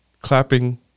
Clapping